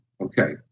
okay